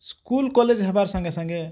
school college ହେବାର ସାଙ୍ଗେ ସାଙ୍ଗେ